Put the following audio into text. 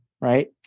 right